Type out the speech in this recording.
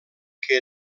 que